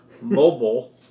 Mobile